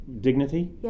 dignity